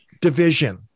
Division